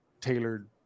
tailored